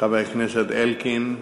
חבר הכנסת אלקין.